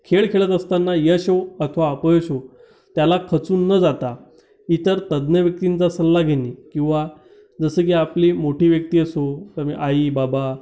खेळ खेळत असताना यश येवो अथवा अपयश येवो त्याला खचून न जाता इतर तज्ज्ञ व्यक्तींचा सल्ला घेणे किंवा जसं की आपली मोठी व्यक्ती असो फॅमि आईबाबा